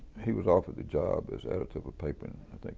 he was offered the job as editor of paper in, i think,